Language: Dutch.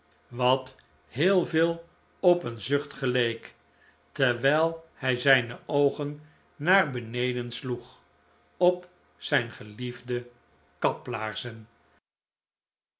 wat heel veel op een zucht geleek terwijl hij zijn oogen naar beneden sloeg op zijn geliefde